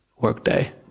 workday